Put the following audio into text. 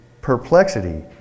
perplexity